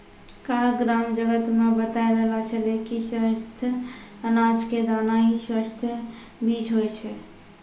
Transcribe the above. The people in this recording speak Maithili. काल ग्राम जगत मॅ बताय रहलो छेलै कि स्वस्थ अनाज के दाना हीं स्वस्थ बीज होय छै